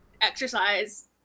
exercise